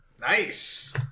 Nice